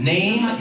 Name